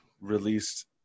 released